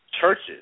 churches